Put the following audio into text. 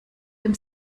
dem